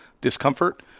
discomfort